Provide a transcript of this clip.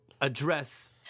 address